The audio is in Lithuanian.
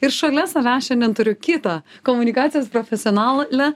ir šalia savęs šiandien turiu kitą komunikacijos profesional lę